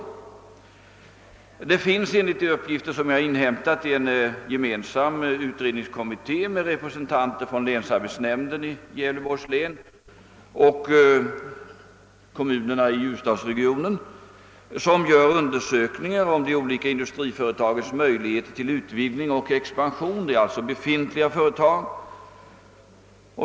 Enligt de uppgifter jag har inhämtat från arbetsmarknadsstyrelsen finns det en gemensam utredningskommitté med representanter för länsarbetsnämnden i Gävleborgs län och kommunerna i ljusdalsregionen som gör en »undersökning om de olika industriföretagens möjligheter till utvidgning och expansion». Det gäller alltså befintliga företag.